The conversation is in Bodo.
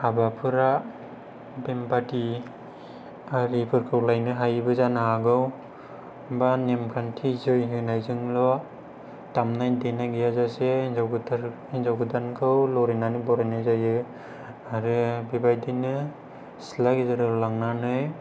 हाबाफोरा बेम पार्टि आरिफोरखौ लायनो हायैबो जानो हागौ बा नेमखान्थि जै होनायजोंल' दामनाय देनाय गैया जासे हिनजाव गोदानखौ लरि होनानै बरायनाय जायो आरो बेबायदिनो सिथ्ला गेजेराव लांनानै